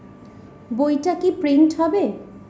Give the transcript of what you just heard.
বইটা কি প্রিন্ট হবে?